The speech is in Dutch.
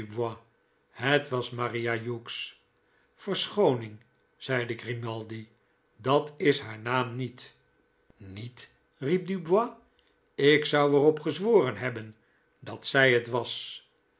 het was maria hughes verschooning zeide grimaldi datishaar naam niet met riep dubois ik zou er op gezworen hebben dat zij het was